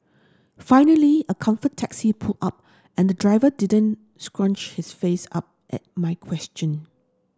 finally a Comfort taxi pulled up and the driver didn't scrunch his face up at my question